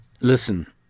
Listen